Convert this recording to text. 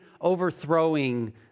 overthrowing